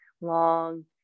long